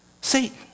Satan